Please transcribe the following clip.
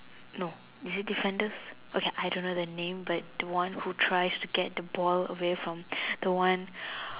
no is it defenders I don't know the name but the who tries to get the ball away from the one